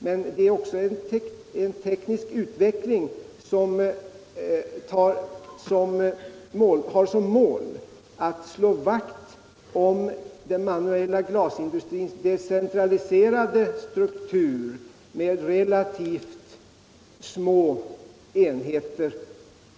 Men det är en teknisk utveckling, som har såsom mål att slå vakt om den manuella glasindustrins decentraliserade struktur med relativt små enheter.